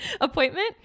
appointment